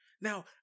Now